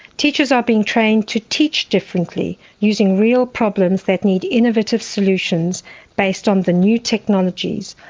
teachers are being trained to teach differently, using real problems that need innovative solutions based on the new technologies,